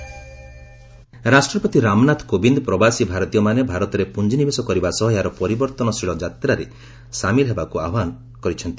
president visit ରାଷ୍ଟ୍ରପତି ରାମନାଥ କୋବିନ୍ଦ ପ୍ରବାସି ଭାରତୀୟମାନେ ଭାରତରେ ପୁଞ୍ଜି ନିବେଶ କରିବା ସହ ଏହାର ପରିବର୍ତ୍ତନଶୀଳ ଯାତ୍ରାରେ ସାମିଲ ହେବାକୁ ଆହ୍ୱାନ ଜଣାଇଛନ୍ତି